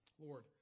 Lord